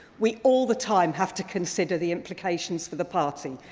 we, all the time, have to consider the implications for the party.